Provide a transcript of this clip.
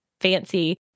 fancy